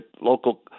local